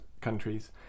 countries